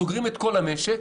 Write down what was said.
סוגרים את כל המשק,